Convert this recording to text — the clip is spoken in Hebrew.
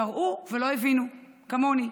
קראו ולא הבינו, כמוני.